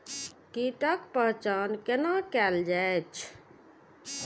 कीटक पहचान कैना कायल जैछ?